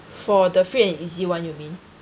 for the free and easy one you mean